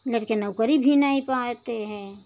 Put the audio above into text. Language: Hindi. लड़िका नौकरी भी नहीं पाते हैं